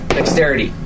Dexterity